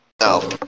No